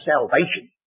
salvation